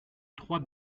trois